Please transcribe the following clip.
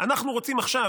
אנחנו רוצים עכשיו,